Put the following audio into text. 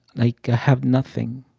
i have nothing.